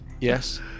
yes